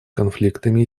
конфликтами